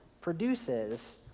produces